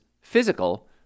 physical